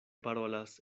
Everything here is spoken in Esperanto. parolas